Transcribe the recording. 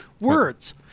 words